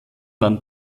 waren